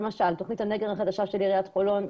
למשל תוכנית הנגר החדשה של עיריית חולון,